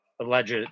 alleged